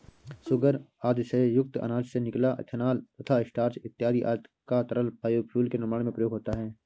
sugar आदि से युक्त अनाज से निकला इथेनॉल तथा स्टार्च इत्यादि का तरल बायोफ्यूल के निर्माण में प्रयोग होता है